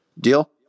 Deal